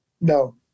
No